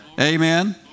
Amen